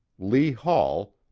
lee hall,